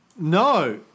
No